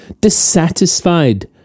dissatisfied